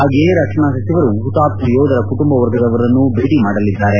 ಹಾಗೆಯೇ ರಕ್ಷಣಾ ಸಚಿವರು ಹುತಾತ್ನ ಯೋಧರ ಕುಟುಂಬವರ್ಗದವರನ್ನೂ ಭೇಟ ಮಾಡಲಿದ್ದಾರೆ